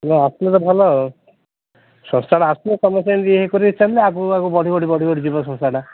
ନାଇଁ ଆସିଲେ ତ ଭଲ ସଂସ୍ଥାଟା ଆସିବ ତୁମେ ସେମିତି ଏ କରିଛନ୍ତି ଆଗକୁ ଆଗକୁ ବଢ଼ି ବଢ଼ି ବଢ଼ି ବଢ଼ି ଯିବ ସଂସ୍ଥାଟା